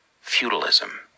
Feudalism